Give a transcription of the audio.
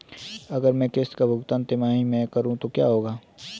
अगर मैं किश्त का भुगतान तिमाही में करूं तो क्या होगा?